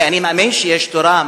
כי אני מאמין שיש תורה,